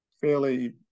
fairly